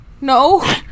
No